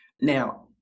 Now